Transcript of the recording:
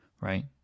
Right